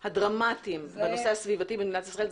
הדרמטיים בנושא הסביבתי במדינת ישראל.